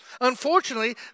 Unfortunately